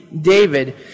David